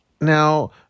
now